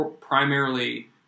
primarily